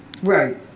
Right